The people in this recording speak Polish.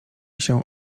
się